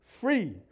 Free